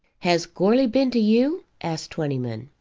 has goarly been to you? asked twentyman.